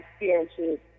experiences